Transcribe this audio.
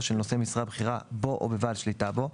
של נושא משרה בכירה בו או בבעל שליטה בו,